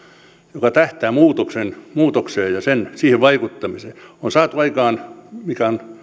joka tähtää muutokseen muutokseen ja siihen vaikuttamiseen suomessa on saatu aikaan mikä on